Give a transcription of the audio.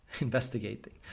Investigating